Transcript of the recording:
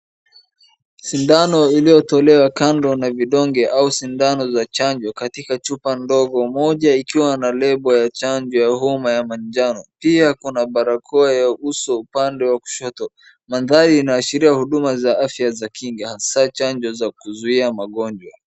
Sindano iliyotolewa kando na vidonge au sindano za chanjo katika chupa ndogo. Moja ikiwa na label ya chanjo ya homa ya manjano. Pia kuna barakoa ya uso upande wa kushoto. Mandhari inaashiria huduma za afya za kinga hasa chanjo za kuzuia magonjwa.